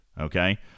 Okay